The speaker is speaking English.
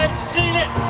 seen it.